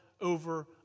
over